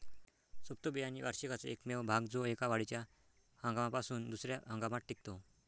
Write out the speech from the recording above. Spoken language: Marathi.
सुप्त बियाणे वार्षिकाचा एकमेव भाग जो एका वाढीच्या हंगामापासून दुसर्या हंगामात टिकतो